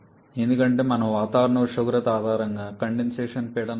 ఎందుకంటే మనము వాతావరణ ఉష్ణోగ్రత ఆధారంగా కండెన్సేషన్ పీడనాన్ని ఎంచుకుంటాము